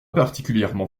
particulièrement